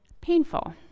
painful